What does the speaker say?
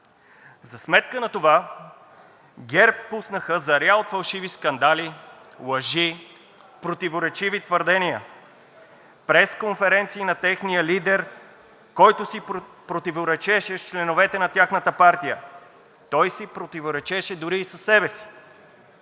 За сметка на това ГЕРБ пуснаха заря от фалшиви скандали, лъжи, противоречиви твърдения, пресконференции на техния лидер, който си противоречеше с членовете на тяхната партия. Той си противоречеше дори и със себе си.